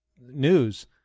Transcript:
news